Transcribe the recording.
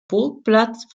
burgplatz